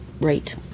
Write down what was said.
rate